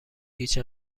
هیچ